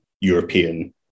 European